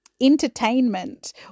entertainment